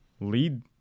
lead